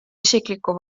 isikliku